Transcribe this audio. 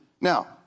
Now